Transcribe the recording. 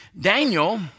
Daniel